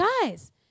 Guys